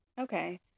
Okay